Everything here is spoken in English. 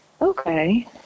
Okay